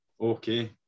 Okay